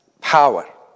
power